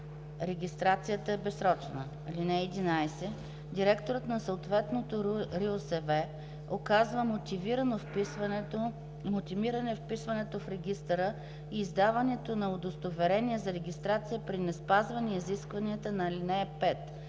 Регистрацията е безсрочна. (11) Директорът на съответната РИОСВ отказва мотивирано вписването в регистъра и издаването на удостоверение за регистрация при неспазване изискванията на ал. 5.